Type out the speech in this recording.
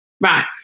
Right